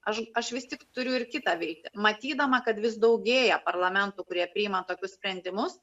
aš aš vis tik turiu ir kitą veikti matydama kad vis daugėja parlamentų kurie priima tokius sprendimus